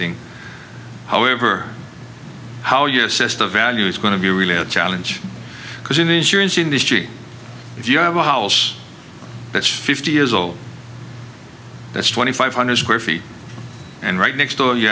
thing however how your system value is going to be really a challenge because in insurance industry if you have a house that's fifty years old that's twenty five hundred square feet and right next door you